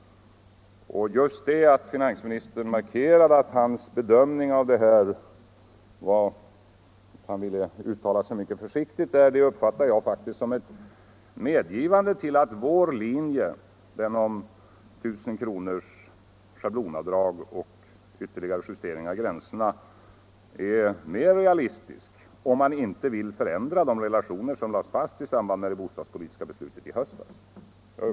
Just det att finansministern markerade att han ville uttala sig mycket försiktigt uppfattar jag som ett medgivande att vår linje — den om ett schablonavdrag på 1000 kr. och justering av gränserna — är mer realistisk om man inte vill förändra de relationer som lades fast i samband med det bostadspolitiska beslutet i höstas.